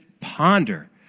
ponder